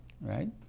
right